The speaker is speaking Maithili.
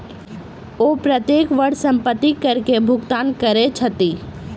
ओ प्रत्येक वर्ष संपत्ति कर के भुगतान करै छथि